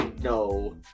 No